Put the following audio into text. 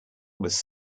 was